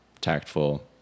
tactful